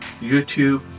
YouTube